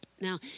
Now